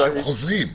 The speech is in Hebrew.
חוזרים?